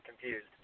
confused